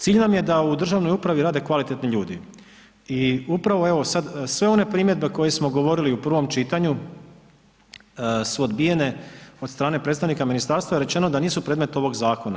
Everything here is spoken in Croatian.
Cilj nam je da u državnoj upravi rade kvalitetni ljudi i upravo evo sad sve one primjedbe koje smo govorili u prvom čitanju su odbijene od strane predstavnika ministarstva je rečeno da nisu predmet ovog zakona.